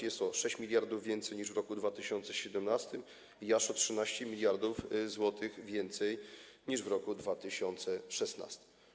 Jest to 6 mld więcej niż w roku 2017 i aż o 13 mld zł więcej niż w roku 2016.